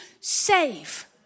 save